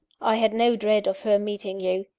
i had no dread of her meeting you.